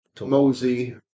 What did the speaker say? mosey